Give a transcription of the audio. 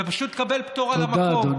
ופשוט לקבל פטור על המקום.